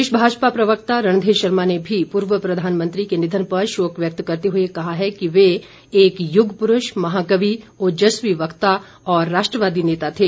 प्रदेश भाजपा प्रवक्ता रणधीर शर्मा ने भी पूर्व प्रधानमंत्री के निधन पर शोक व्यक्त करते हुए कहा कि वे एक युग पुरूष महाकवि ओजस्वी वक्ता और राष्ट्रवादी नेता थे